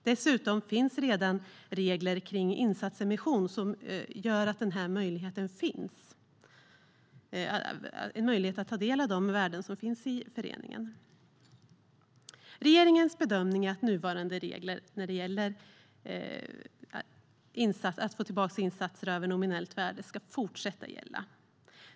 Dessutom ges redan i befintliga regler om insatsemission möjlighet att ta del av föreningens övervärden. Regeringens bedömning är att nuvarande regler för att få tillbaka insatser över nominellt värde ska fortsätta att gälla.